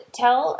tell